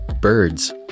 Birds